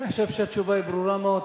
אני חושב שהתשובה היא ברורה מאוד.